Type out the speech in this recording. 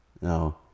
No